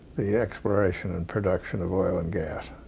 the exploration and production of oil and gas.